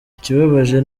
ikibabaje